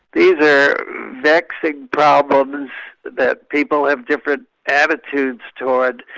these are vexing problems that people have different attitudes towards,